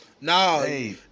No